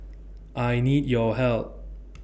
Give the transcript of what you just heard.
I need your help